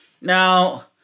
Now